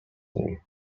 nim